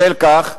בשל כך,